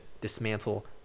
dismantle